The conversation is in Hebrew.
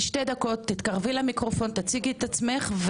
תתקרבי למיקרופון ותציגי את עצמך.